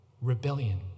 rebellion